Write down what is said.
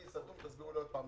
תסבירו לי עוד פעם.